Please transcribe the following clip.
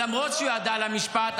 למרות שהוא ידע על המשפט,